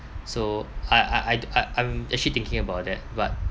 so I I I I'm actually thinking about that but